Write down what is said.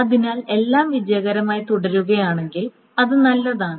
അതിനാൽ എല്ലാം വിജയകരമായി തുടരുകയാണെങ്കിൽ അത് നല്ലതാണ്